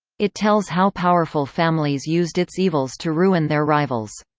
it tells how powerful families used its evils to ruin their rivals.